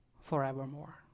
forevermore